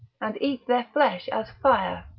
and eat their flesh as fire,